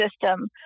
system